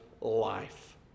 life